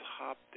top